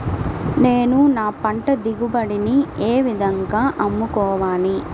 నేను నా పంట దిగుబడిని ఏ విధంగా అమ్ముకోవాలి?